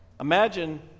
Imagine